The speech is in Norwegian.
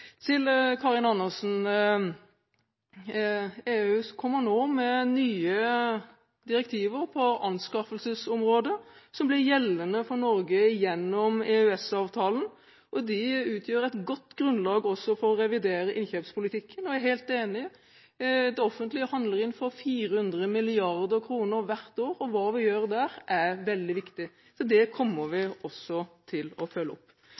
Til Karin Andersen: EU kommer nå med nye direktiver på anskaffelsesområdet som blir gjeldende for Norge gjennom EØS-avtalen, og de utgjør et godt grunnlag også for å revidere innkjøpspolitikken. Og jeg er helt enig: Det offentlige handler inn for 400 mrd. kr hvert år, og hva vi gjør der, er veldig viktig. Så det kommer vi til å følge opp.